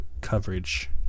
coverage